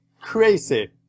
crazy